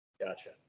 Gotcha